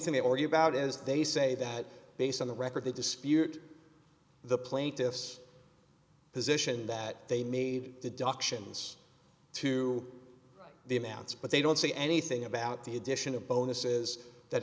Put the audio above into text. thing they already about is they say that based on the record they dispute the plaintiffs position that they made the doctrines to the amounts but they don't say anything about the addition of bonuses that